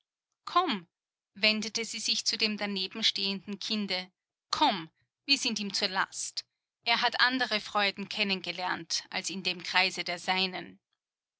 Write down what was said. komm wendete sie sich zu dem danebenstehenden kinde komm wir sind ihm zur last er hat andere freuden kennengelernt als in dem kreise der seinen